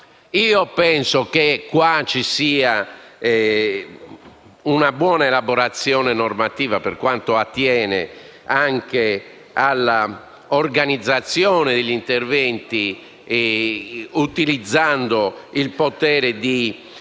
in questo testo ci sia una buona elaborazione normativa per quanto attiene anche all'organizzazione degli interventi utilizzando il potere di